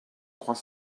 trois